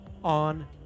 on